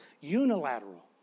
unilateral